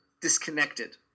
disconnected